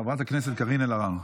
קארין אלהרר.